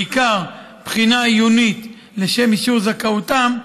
בעיקר בחינה עיונית לשם אישור זכאותם,